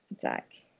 Zach